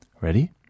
ready